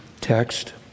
text